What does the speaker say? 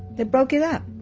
they broke it up.